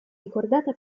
ricordata